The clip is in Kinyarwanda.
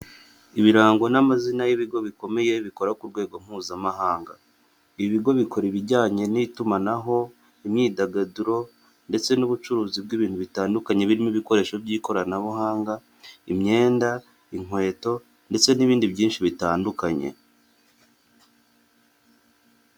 Ibirango n'amazina y'ibigo bikomeye bikora ku rwego mpuzamahanga, ibi bigo bikora ibijyanye n'itumanaho, imyidagaduro ndetse n'ubucuruzi bw'ibintu bitandukanye birimo ibikoresho by'ikoranabuhanga, imyenda, inkweto ndetse n'ibindi byinshi bitandukanye.